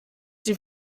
die